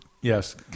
Yes